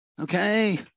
Okay